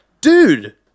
dude